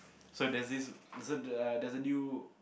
so there's this so the there's a new